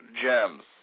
Gems